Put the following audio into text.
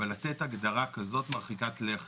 אבל לתת הגדרה כזאת מרחיקת לכת,